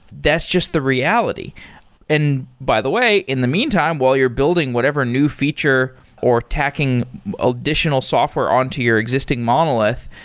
that's just the reality and by the way, in the meantime, while you're building whatever new feature or tacking additional software onto your existing monolith,